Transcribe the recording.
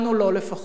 לנו לא לפחות,